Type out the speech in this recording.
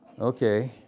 Okay